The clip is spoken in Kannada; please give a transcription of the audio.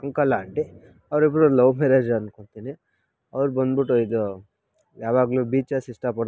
ಅಂಕಲ್ ಆಂಟಿ ಅವರಿಬ್ರು ಲವ್ ಮ್ಯಾರೇಜ್ ಅಂದ್ಕೋತೀನಿ ಅವ್ರು ಬಂದ್ಬಿಟ್ಟು ಇದು ಯಾವಾಗಲೂ ಬೀಚಸ್ ಇಷ್ಟಪಡ್ತಾರೆ